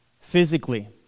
physically